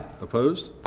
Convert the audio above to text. Opposed